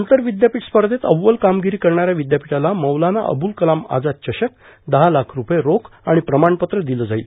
आंतर विद्यापीठ स्पर्धेत अव्वल कामगिरी करणाऱ्या विद्यापीठाला मौलाना अब्रुल कलाम आजाद चषक दहा लाख ठुपये रोख आणि प्रमाणपत्र दिलं जाईल